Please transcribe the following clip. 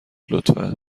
لطفا